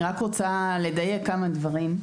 אני רק רוצה לדייק כמה דברים.